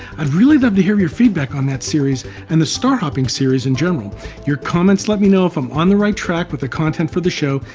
i'd really love to hear your feedback on that series and the star hopping series in general your comments let me know if i am on the right track with the content for the show,